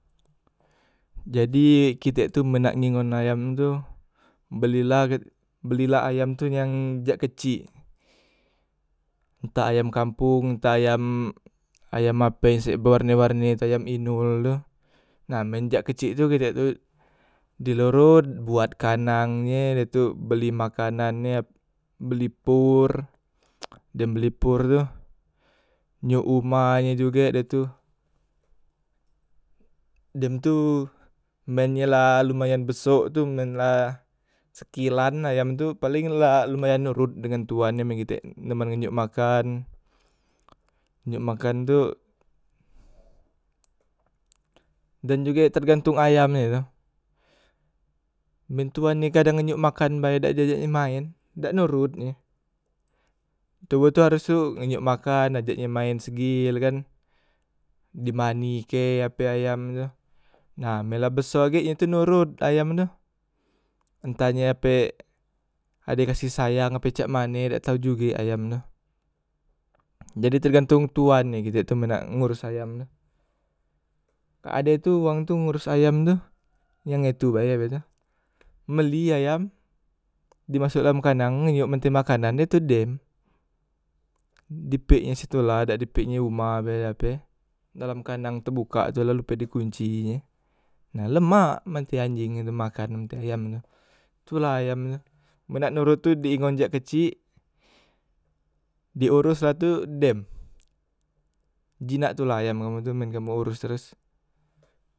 Jadi kite tu men nak ngingon ayam tu, belila ge belila ayam tu yang jak kecik, entah ayam kampong entah ayam ape sek bewarne- warne tu ayam inol tu, na men jak kecik tu kite tu di loron buat kandang e de tu beli pakanan e, beli por, dem beli por tu njok umah e jugek ye tu, dem tu men ye la lumayan besok tu, men la sekilan ayam tu, paleng la lumayan norot dengan tuan e men kite men nak njok makan njok makan tu dan juge tergantung ayam e tu, men tuan e kadang ngenjok makan bae dak di ajak e maen dak norot nye toboh tu harus tu ngenjok makan, ajak e maen segil kan, di mandi ke ape ayam tu na men la beso gek ye tu norot ayam tu, ntah ye ape ade kasih sayang ape cakmane dak tau juge ayam tu, jadi tergantong tuan e kite tu men nak ngoros ayam tu, ade tu wang tu ngoros ayam tu yang etu bae e, mbeli ayam di masok dalam kandang ngiyo ngasi makanan dem tu dem, di pek nyo situ lah, dak di pek nye umah ape, dalam kandang tebuka tu la lupe di kunci nye, la lemak men te anjeng makan ayam tu la ayam tu men nak norot tu di ingon jak kecik di oros la tu dem jinak tu la ayam kamu tu men kamu oros teros.